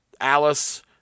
Alice